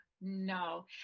no